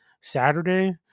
Saturday